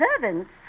servants